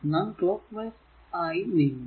നാം clockwise ആയി നീങ്ങുന്നു